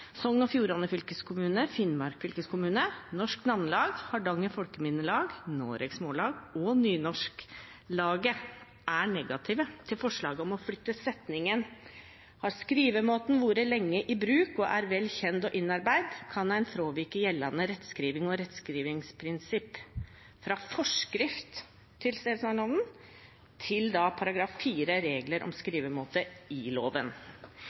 og Fjordane fylkeskommune, Finnmark fylkeskommune, Norsk namnelag, Hardanger Folkeminnelag, Noregs mållag og Nynorsklaget er negative til forslaget om å flytte setningen «Har skrivemåten vore lenge i bruk og er vel kjend og innarbeidd, kan ein fråvike gjeldande rettskriving og rettskrivingsprinsipp» fra Forskrift til stadnamn til § 4 Reglar om skrivemåte, i loven.